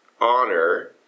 honor